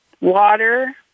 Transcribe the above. water